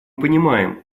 понимаем